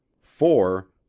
four